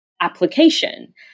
application